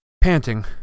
panting